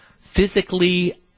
physically